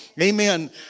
amen